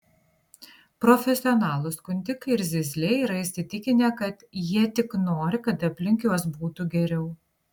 profesionalūs skundikai ir zyzliai yra įsitikinę kad jie tik nori kad aplink juos būtų geriau